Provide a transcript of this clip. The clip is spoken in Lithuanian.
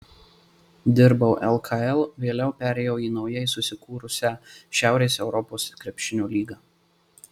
dirbau lkl vėliau perėjau į naujai susikūrusią šiaurės europos krepšinio lygą